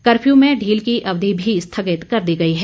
curfew में ढील की अवधि भी स्थगित कर दी गई है